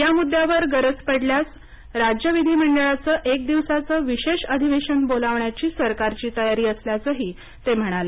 या मुद्द्यावर गरज पडल्यास राज्य विधिमंडळाचं एक दिवसाचं विशेष अधिवेशन बोलावण्याची सरकारची तयारी असल्याचही ते म्हणाले